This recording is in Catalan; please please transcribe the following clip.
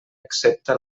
accepta